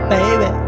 Baby